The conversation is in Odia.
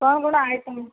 କ'ଣ କ'ଣ ଆଇଟମ୍